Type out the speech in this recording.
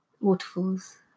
waterfalls